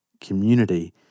community